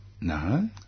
No